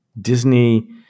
Disney